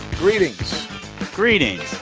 greetings greetings.